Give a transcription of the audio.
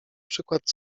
przykład